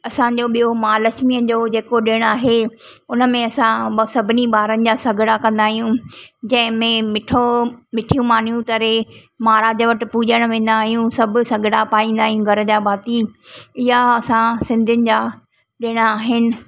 असांजो ॿियो महालक्ष्मीअ जो जेको ॾिणु आहे उन में असां मां सभिनी ॿारनि जा सगड़ा कंदा आहियूं जंहिंमें मिठो मिठियूं मानी तरे महाराज वटि पूॼणु वेंदा आहियूं सभु सगड़ा पाईंदा आहियूं घर जा भाती इहा असां सिंधियुनि जा ॾिण आहिनि